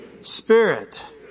spirit